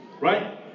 right